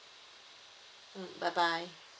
mm bye bye